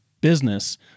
business